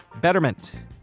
Betterment